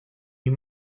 you